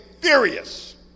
furious